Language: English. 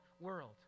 world